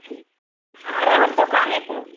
अहाँ रहब दोकाने पर